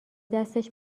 دستش